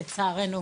לצערנו,